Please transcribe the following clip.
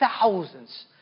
thousands